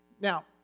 Now